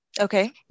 Okay